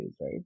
right